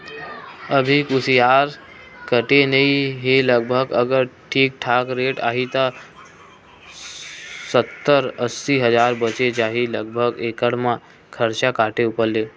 अभी कुसियार कटे नइ हे लगभग अगर ठीक ठाक रेट आही त सत्तर अस्सी हजार बचें जाही लगभग एकड़ म खरचा काटे ऊपर ले